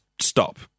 stop